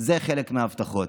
זה חלק מההבטחות.